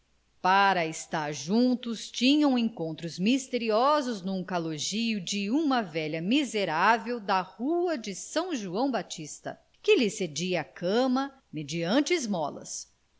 para estarem juntos tinham encontros misteriosos num caloji de uma velha miserável da rua de são joão batista que lhe cedia a cama mediante esmolas